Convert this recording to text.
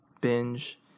binge